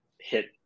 hit